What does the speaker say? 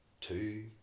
two